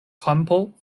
kampo